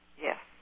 Yes